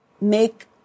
make